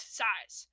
size